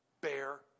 bear